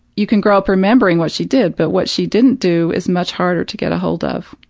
you can grow up remembering what she did but what she didn't do is much harder to get ahold of.